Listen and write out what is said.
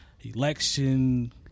election